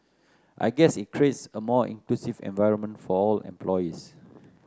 I guess it creates a more inclusive environment for all employees